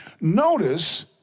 notice